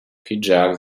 hijack